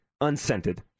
unscented